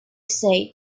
said